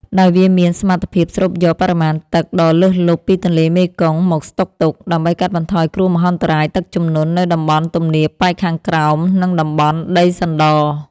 ដោយវាមានសមត្ថភាពស្រូបយកបរិមាណទឹកដ៏លើសលប់ពីទន្លេមេគង្គមកស្តុកទុក ដើម្បីកាត់បន្ថយគ្រោះមហន្តរាយទឹកជំនន់នៅតំបន់ទំនាបប៉ែកខាងក្រោម និងតំបន់ដីសណ្ដ។